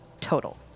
total